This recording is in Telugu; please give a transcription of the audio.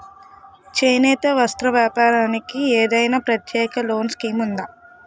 చేనేత వస్త్ర వ్యాపారానికి ఏదైనా ప్రత్యేక లోన్ స్కీం ఉందా?